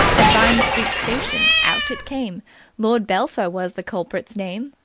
at vine street station out it came lord belpher was the culprit's name.